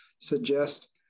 suggest